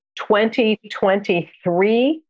2023